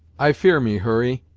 i fear me, hurry,